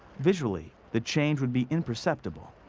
visually, the change would be imperceptible.